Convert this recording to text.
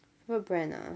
favourite brand ah